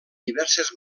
diverses